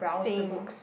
same